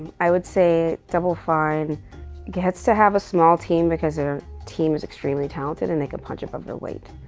i would say double fine gets to have a small team because our team is extremely talented and they can punch above their weight.